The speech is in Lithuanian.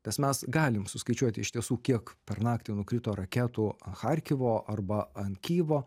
nes mes galime suskaičiuoti iš tiesų kiek per naktį nukrito raketų harkivo arba an kijivo